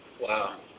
Wow